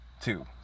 two